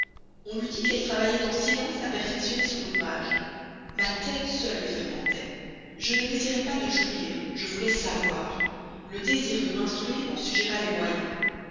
on eût dit qu'elle travaillait en silence à perfectionner son ouvrage ma tête seule fermentait je n'avais pas l'idée de jouir je voulais savoir le désir de m'instruire m'en suggéra les moyens